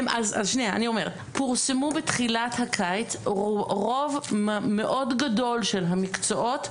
פורסמו בתחילת הקיץ רוב מאוד גדול של המקצועות,